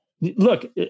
look